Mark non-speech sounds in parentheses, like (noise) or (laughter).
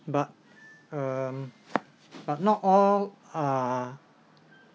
but um (noise) but not all are